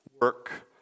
work